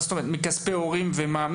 מכספי הורים ומה,